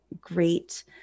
great